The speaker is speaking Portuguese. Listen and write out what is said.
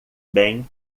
bem